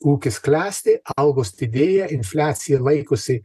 ūkis klesti algos didėja infliacija laikosi